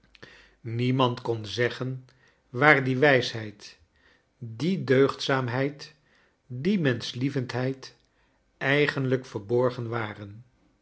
niemand kon zeggen waar die wijsheid die deugdzaamheid die menschlievendheid eigenlijk verborgen waren